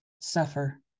suffer